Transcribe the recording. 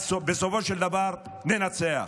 בסופו של דבר ננצח.